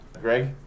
Greg